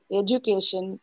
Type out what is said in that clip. education